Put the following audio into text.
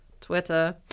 Twitter